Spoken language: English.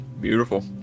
Beautiful